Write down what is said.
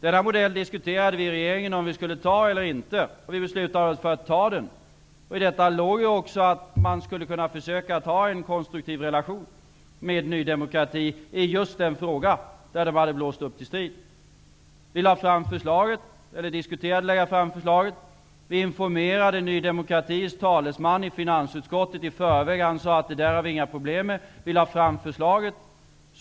Vi diskuterade i regeringen om vi skulle anta denna modell eller inte. Vi beslutade oss för att anta den. I detta låg också att vi skulle försöka skapa en konstruktiv relation med Ny demokrati i just den fråga där det blåst upp till strid. Vi diskuterade förslaget. Vi informerade Ny demokratis talesman i finansutskottet i förväg. Han sade att de inte hade några problem med förslaget. Vi lade fram förslaget.